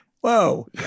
whoa